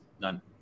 none